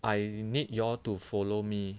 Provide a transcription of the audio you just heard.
I need you all to follow me